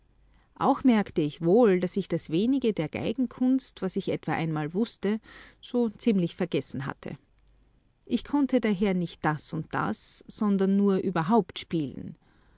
auch merkte ich wohl daß ich das wenige der geigenkunst was ich etwa einmal wußte so ziemlich vergessen hatte ich konnte daher nicht das und das sondern nur überhaupt spielen